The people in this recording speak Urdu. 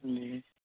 جی